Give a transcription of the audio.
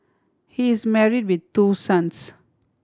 he is married with two sons